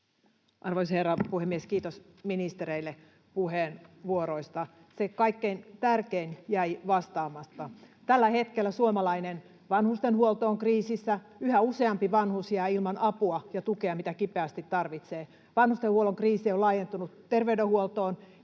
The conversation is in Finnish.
Arvoisa herra puhemies! Kiitos ministereille puheenvuoroista. Siihen kaikkein tärkeimpään jäi vastaamatta. Tällä hetkellä suomalainen vanhustenhuolto on kriisissä. Yhä useampi vanhus jää ilman apua ja tukea, mitä kipeästi tarvitsee. Vanhustenhuollon kriisi on laajentunut terveydenhuoltoon,